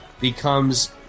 becomes